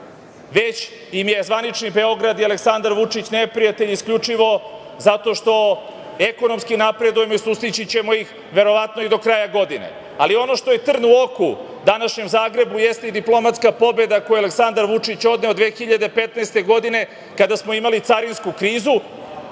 već im je zvanični Beograd i Aleksandar Vučić neprijatelj isključivo zato što ekonomski napredujemo i sustići ćemo ih verovatno i do kraja godine. Ono što je trn u oku današnjem Zagrebu jeste i diplomatska pobeda koju je Aleksandar Vučić odneo 2015. godine, kada smo imali carinsku krizu